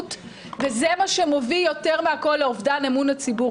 וזה מה שמביא יותר מהכל לאבדן אמון הציבור.